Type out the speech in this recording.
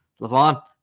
LaVon